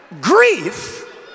grief